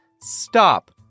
Stop